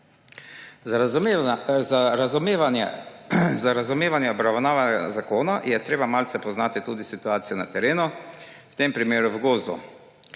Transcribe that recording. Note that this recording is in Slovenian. Za razumevanje obravnavanega zakona je treba malce poznati tudi situacijo na terenu, v tem primeru v gozdu.